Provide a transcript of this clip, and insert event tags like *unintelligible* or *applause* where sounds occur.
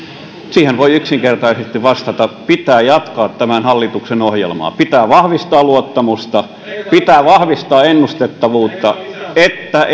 siihen voi yksinkertaisesti vastata pitää jatkaa tämän hallituksen ohjelmaa pitää vahvistaa luottamusta pitää vahvistaa ennustettavuutta että *unintelligible*